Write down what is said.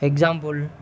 example